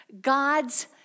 God's